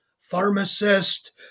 Pharmacist